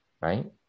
right